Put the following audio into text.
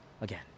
again